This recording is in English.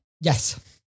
Yes